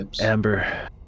Amber